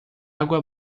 água